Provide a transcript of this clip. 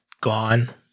gone